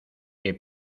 que